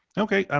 okay. um